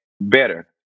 better